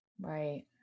Right